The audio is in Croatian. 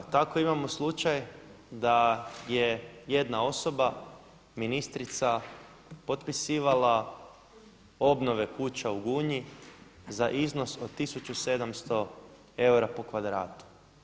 Tako imamo slučaj da je jedna osoba, ministrica potpisivala obnove kuća u Gunji za iznos od 1700 eura po kvadratu.